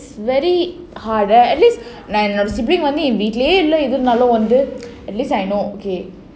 it's very hard at least நான் வந்து:nan vandhu sibling வீட்லயே இல்ல:veetlayae illa at least I know okay